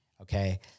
Okay